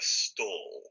stall